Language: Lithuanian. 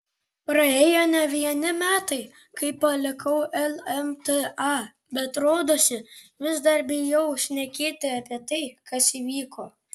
praėjo ne vieni metai kai palikau lmta bet rodosi vis dar bijau šnekėti apie tai kas įvyko